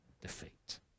defeat